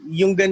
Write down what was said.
yung